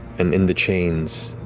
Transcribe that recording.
and in the chains,